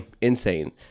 insane